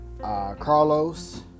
Carlos